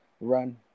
run